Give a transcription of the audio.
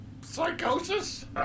psychosis